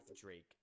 Drake